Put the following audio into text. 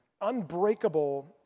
unbreakable